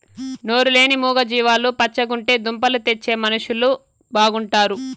నోరు లేని మూగ జీవాలు పచ్చగుంటే దుంపలు తెచ్చే మనుషులు బాగుంటారు